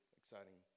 exciting